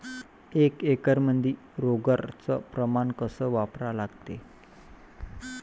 एक एकरमंदी रोगर च प्रमान कस वापरा लागते?